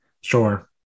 Sure